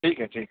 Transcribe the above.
ٹھیک ہے ٹھیک ہے